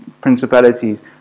principalities